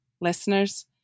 listeners